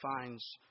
finds